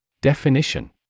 Definition